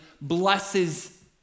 blesses